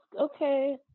okay